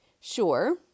Sure